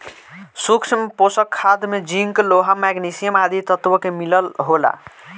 सूक्ष्म पोषक खाद में जिंक, लोहा, मैग्निशियम आदि तत्व के मिलल होला